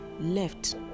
left